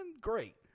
Great